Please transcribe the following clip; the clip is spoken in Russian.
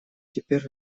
теперь